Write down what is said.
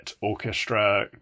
orchestra